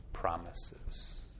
Promises